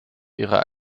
ihrer